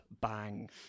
bang